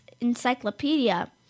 encyclopedia